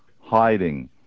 hiding